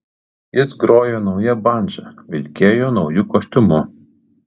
jis grojo nauja bandža vilkėjo nauju kostiumu